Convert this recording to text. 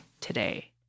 today